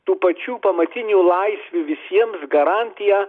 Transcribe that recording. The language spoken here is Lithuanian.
tų pačių pamatinių laisvių visiems garantiją